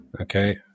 okay